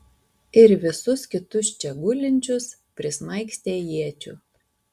ir visus kitus čia gulinčius prismaigstė iečių